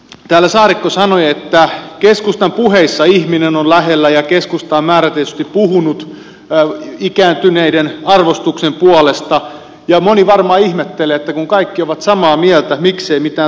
täällä saarikko sanoi että keskustan puheissa ihminen on lähellä ja keskusta on määrätietoisesti puhunut ikääntyneiden arvostuksen puolesta ja moni varmaan ihmettelee että kun kaikki ovat samaa mieltä miksei mitään tapahdu